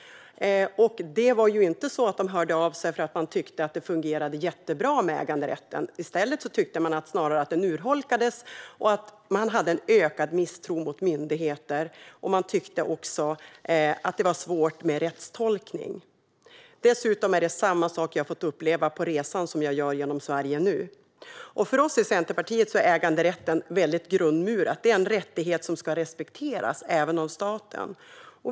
De hörde inte av sig för att de tyckte att det fungerade jättebra med äganderätten. I stället tyckte man att den urholkades, och man hade en ökad misstro mot myndigheter. Man tyckte också att det var svårt med rättstolkningen. Jag har fått uppleva samma sak på den resa jag nu gör genom Sverige. För oss i Centerpartiet är äganderätten väldigt grundmurad. Det är en rättighet som ska respekteras, även av staten.